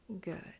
good